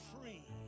free